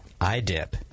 iDip